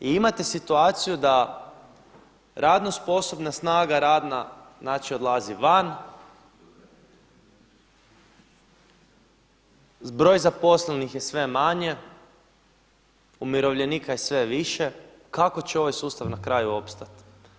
I imate situaciju da radno sposobna snaga radna znači odlazi van, broj zaposlenih je sve manji, umirovljenika je sve više, kako će ovaj sustav na kraju opstati?